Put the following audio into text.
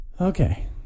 Okay